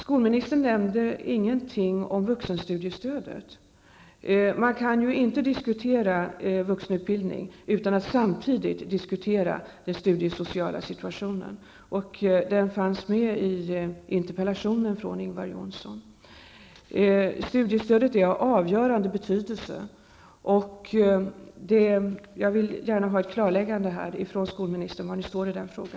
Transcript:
Skolministern nämnde i sitt svar ingenting om vuxenstudiestödet. Man kan inte diskutera frågan om vuxenutbildning utan att samtidigt diskutera den studiesociala situationen. En fråga om detta fanns med i Ingvar Johnssons interpellation. Studiestödet är av avgörande betydelse, och jag vill gärna ha ett klarläggande av skolministern om var ni står i denna fråga.